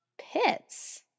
pits